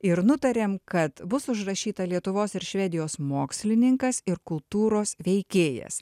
ir nutarėm kad bus užrašyta lietuvos ir švedijos mokslininkas ir kultūros veikėjas